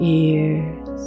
ears